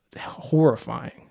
horrifying